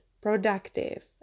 productive